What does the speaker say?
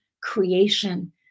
creation